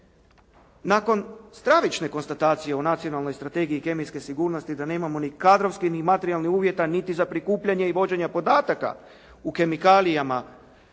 Nakon stravične konstatacije o Nacionalnoj strategiji kemijske sigurnosti da nemamo ni kadrovske, ni materijalnih uvjeta niti za prikupljanje i vođenja podataka o kemikalijama